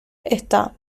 esta